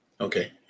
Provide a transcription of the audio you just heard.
Okay